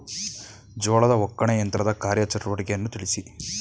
ಜೋಳದ ಒಕ್ಕಣೆ ಯಂತ್ರದ ಕಾರ್ಯ ಚಟುವಟಿಕೆಯನ್ನು ತಿಳಿಸಿ?